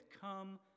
Come